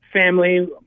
family